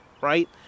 Right